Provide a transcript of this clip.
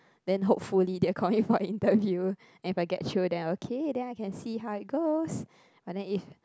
then hopefully they will call me for interview and if I get through then okay then I can see how it goes but then if